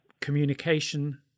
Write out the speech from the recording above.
communication